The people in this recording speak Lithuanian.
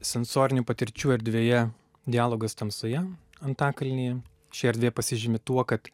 sensorinių patirčių erdvėje dialogas tamsoje antakalnyje ši erdvė pasižymi tuo kad